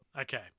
Okay